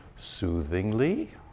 soothingly